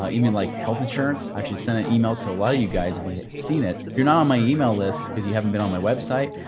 ah you mean like health insurance actually send an email to a lot of you guys, if you have seen it, if you're not on my email list because you haven't been on my website,